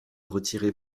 retirer